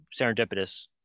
serendipitous